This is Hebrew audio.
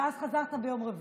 ואז חזרת ביום רביעי.